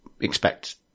expect